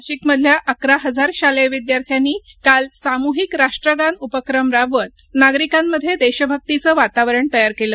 अशातच नाशिकमधल्या अकरा हजार शालेय विद्यार्थ्यांनी काल साम्हिक राष्ट्रगान उपक्रम राबवून नागरीकांमध्ये देशभक्तीचं वातावरण तयार केलं